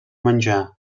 menjar